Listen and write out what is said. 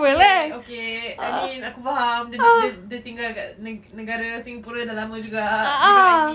okay okay I mean aku faham dia tinggal kat negara singapura dah lama juga you know what I mean